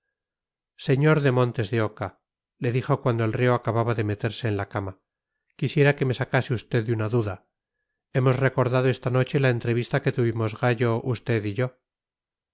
señor de montes de oca le dijo cuando el reo acababa de meterse en la cama quisiera que me sacase usted de una duda hemos recordado esta noche la entrevista que tuvimos gallo usted y yo